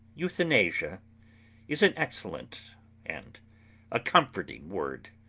euthanasia is an excellent and a comforting word!